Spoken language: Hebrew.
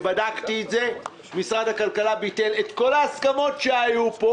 ובדקתי את זה ביטל את כל ההסכמות שהיו פה